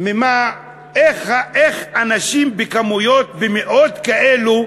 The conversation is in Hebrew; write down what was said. איך אנשים במספרים כאלה,